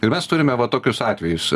tai mes turime va tokius atvejus